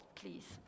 please